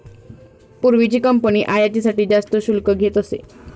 पूर्वीची कंपनी आयातीसाठी जास्त शुल्क घेत असे